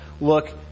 look